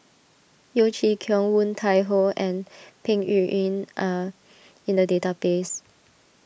Yeo Chee Kiong Woon Tai Ho and Peng Yuyun are in the database